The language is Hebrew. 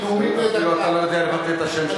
אתה אפילו לא יודע לבטא את השם שלו.